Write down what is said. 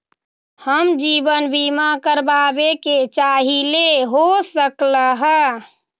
हम जीवन बीमा कारवाबे के चाहईले, हो सकलक ह?